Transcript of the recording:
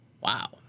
Wow